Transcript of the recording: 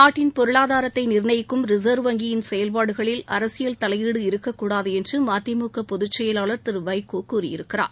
நாட்டின் பொருளாதாரத்தை நீர்ணயிக்கும் ரிசர்வ் வங்கியின் செயல்பாடுகளில் அரசியல் தலையீடு இருக்கக் கூடாது என்று மதிமுக பொதுச் செயலாளர் திரு வைகோ கூறியிருக்கிறார்